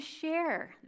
share